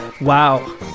Wow